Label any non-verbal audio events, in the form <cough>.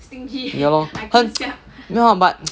ya lor 很 <noise> 没有 but <noise>